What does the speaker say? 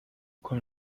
con